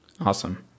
Awesome